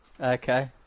Okay